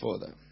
further